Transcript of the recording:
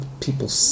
people